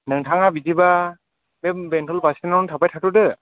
नोंथाङा बिदिब्ला बे बेंथल बास स्टेनयावनो थाबाय थाथ'दो